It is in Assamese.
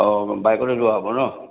অ' বাইকতে যোৱা হ'ব ন